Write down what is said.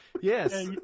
Yes